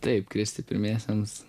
taip kristi pirmiesiems